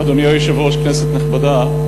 אדוני היושב-ראש, כנסת נכבדה,